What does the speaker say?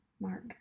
Mark